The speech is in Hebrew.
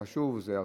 זה?